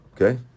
Okay